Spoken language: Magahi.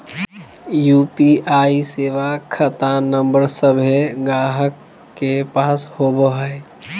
यू.पी.आई सेवा खता नंबर सभे गाहक के पास होबो हइ